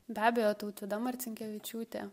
be abejo tautvyda marcinkevičiūtė